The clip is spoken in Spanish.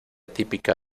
típica